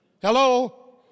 Hello